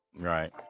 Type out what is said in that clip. Right